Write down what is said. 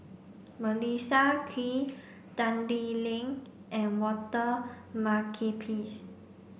Melissa Kwee Tan Lee Leng and Walter Makepeace